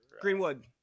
greenwood